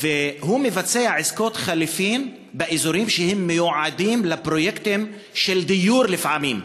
והוא מבצע עסקאות חליפין באזורים שהם מיועדים לפרויקטים של דיור לפעמים.